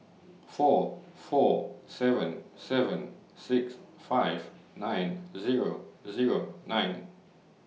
four four seven seven six five nine Zero Zero nine